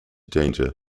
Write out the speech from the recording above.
danger